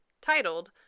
titled